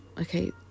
okay